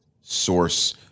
source